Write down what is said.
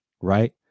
right